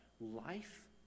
Life